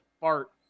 fart